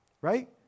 right